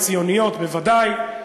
הציוניות בוודאי,